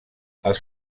els